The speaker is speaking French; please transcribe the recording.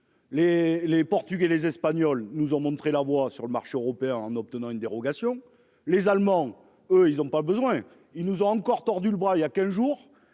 les Portugais, les espagnols nous ont montré la voie, sur le marché européen en obtenant une dérogation. Les Allemands eux ils ont pas besoin. Ils nous ont encore tordu le bras il y a 15 jours